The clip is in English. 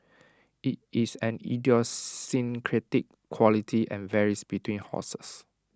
IT is an idiosyncratic quality and varies between horses